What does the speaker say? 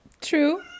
true